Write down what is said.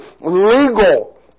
Legal